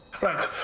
Right